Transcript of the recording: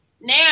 Now